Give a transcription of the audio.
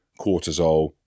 cortisol